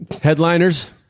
Headliners